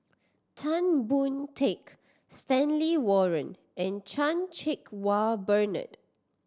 Tan Boon Teik Stanley Warren and Chan Cheng Wah Bernard